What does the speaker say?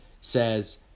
says